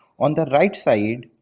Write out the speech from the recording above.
on the right side,